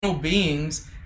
beings